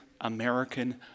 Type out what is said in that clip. American